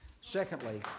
Secondly